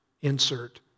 insert